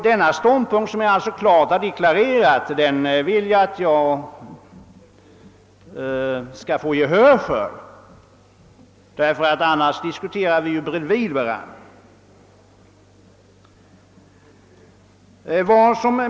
Denna ståndpunkt, som jag klart har deklarerat, vill jag få gehör för, ty annars diskuterar vi förbi varandra.